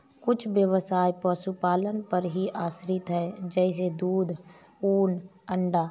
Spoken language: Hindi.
कुछ ब्यवसाय पशुपालन पर ही आश्रित है जैसे दूध, ऊन, अंडा